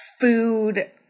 food